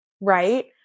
right